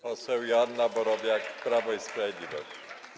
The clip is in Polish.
Poseł Joanna Borowiak, Prawo i Sprawiedliwość.